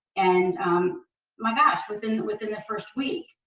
and um my gosh, within within the first week,